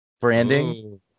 branding